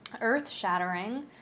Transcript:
earth-shattering